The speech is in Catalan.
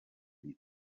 vides